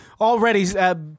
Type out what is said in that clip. Already